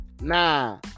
nah